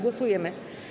Głosujemy.